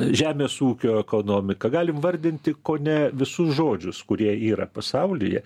žemės ūkio ekonomika galim vardinti kone visus žodžius kurie yra pasaulyje